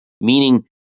meaning